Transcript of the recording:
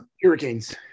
Hurricanes